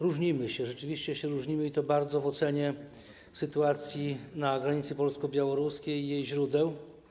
Rzeczywiście się różnimy, i to bardzo, w ocenie sytuacji na granicy polsko-białoruskiej i jej źródeł.